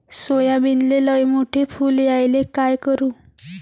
सोयाबीनले लयमोठे फुल यायले काय करू?